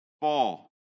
fall